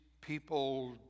people